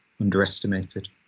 underestimated